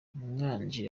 umwanzi